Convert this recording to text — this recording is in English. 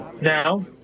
Now